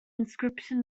inscription